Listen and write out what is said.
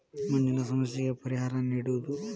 ಮಣ್ಣಿನ ಸಮಸ್ಯೆಗೆ ಪರಿಹಾರಾ ನೇಡುದು